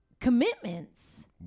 commitments